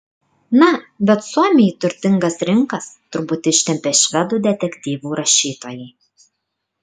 na bet suomį į turtingas rinkas turbūt ištempė švedų detektyvų rašytojai